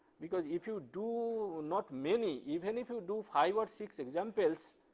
because if you do not many, even if you do five or six examples,